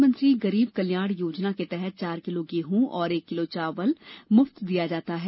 प्रधानमंत्री गरीब कल्याण योजना के तहत चार किलो गेहूं और एक किलों चावल मुफ्त दिया जाता है